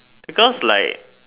because like